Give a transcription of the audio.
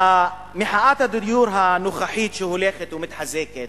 מחאת הדיור הנוכחית שהולכת ומתחזקת